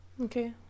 okay